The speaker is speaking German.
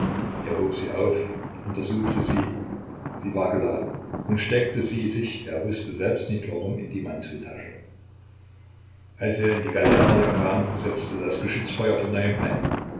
hob sie auf untersuchte sie sie war geladen und steckte sie sich er wußte selbst nicht warum in die manteltasche als er in die galernaja kam setzte das geschützfeuer von neuem ein